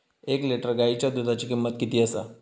एक लिटर गायीच्या दुधाची किमंत किती आसा?